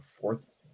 fourth